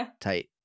tight